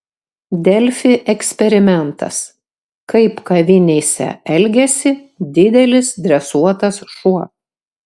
delfi eksperimentas kaip kavinėse elgiasi didelis dresuotas šuo